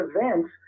events